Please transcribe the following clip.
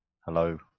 Hello